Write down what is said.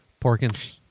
Porkins